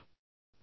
கேட்பவர்